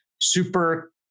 super